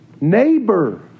neighbor